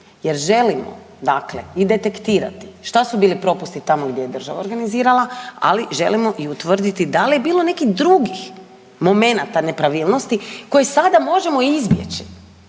jer želimo dakle i detektirati šta su bili propusti tamo gdje je država organizirali, ali želimo i utvrditi da li je bilo nekih drugih momenata nepravilnosti koje sada možemo izbjeći,